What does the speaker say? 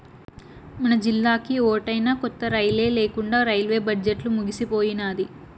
మనజిల్లాకి ఓటైనా కొత్త రైలే లేకండా రైల్వే బడ్జెట్లు ముగిసిపోయినాది